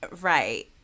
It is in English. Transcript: Right